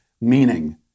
meaning